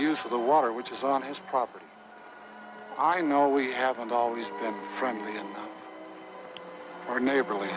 use for the water which is on his property i know we haven't always been friendly and we're neighborly